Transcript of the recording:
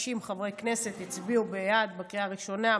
90 חברי כנסת הצביעו בעד בקריאה הראשונה,